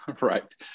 right